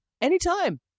Anytime